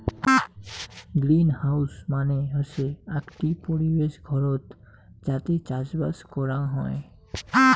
greenhouse মানে হসে আকটি পরিবেশ ঘরত যাতে চাষবাস করাং হই